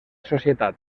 societat